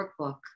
Workbook